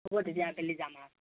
হ'ব তেতিয়া আবেলি যাম আৰু অঁ